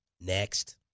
next